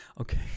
Okay